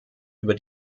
über